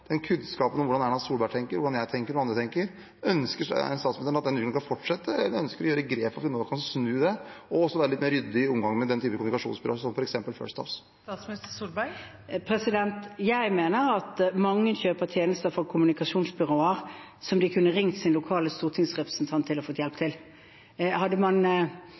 kunnskapen om hvordan Erna Solberg tenker, hvordan jeg tenker, hvordan andre tenker. Ønsker statsministeren at den utviklingen skal fortsette, eller ønsker hun å ta grep for at vi nå kan snu det, og også være litt mer ryddig i omgangen med den typen kommunikasjonsbyrå, som f.eks. First House? Jeg mener at mange kjøper tjenester fra kommunikasjonsbyråer som de kunne ringt sin lokale stortingsrepresentant og fått hjelp til. Man betaler dyrt for ting man